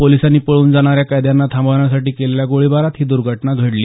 पोलिसांनी पळून जाणाऱ्या कैद्यांना थांबवण्यासाठी केलेल्या गोळीबारात ही दुर्घटना घडली